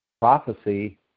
prophecy